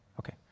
Okay